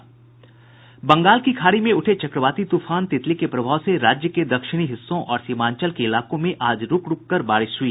बंगाल की खाड़ी में उठे चक्रवाती तूफान तितली के प्रभाव से राज्य के दक्षिणी हिस्सों और सीमांचल के इलाकों में आज रूक रूककर बारिश हुई